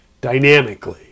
dynamically